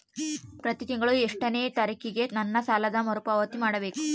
ಪ್ರತಿ ತಿಂಗಳು ಎಷ್ಟನೇ ತಾರೇಕಿಗೆ ನನ್ನ ಸಾಲದ ಮರುಪಾವತಿ ಮಾಡಬೇಕು?